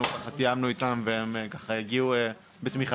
אנחנו תיאמנו איתם והם ככה הגיעו בתמיכתנו,